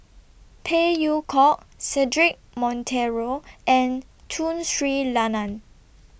Phey Yew Kok Cedric Monteiro and Tun Sri Lanang